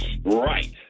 Right